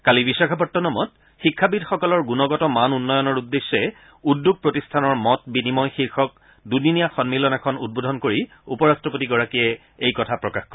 কালি বিশাখাপট্টনমত শিক্ষাবিদসকলৰ গুণগত মান উন্নয়নৰ উদ্দেশ্যে উদ্যোগ প্ৰতিষ্ঠানৰ মত বিনিময় শীৰ্ষক দুদিনীয়া সন্মিলন এখন উদ্বোধন কৰি উপ ৰাট্টপতিগৰাকীয়ে এই কথা প্ৰকাশ কৰে